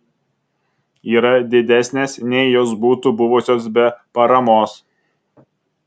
yra didesnės nei jos būtų buvusios be paramos